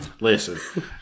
Listen